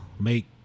make